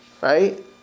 right